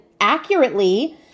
accurately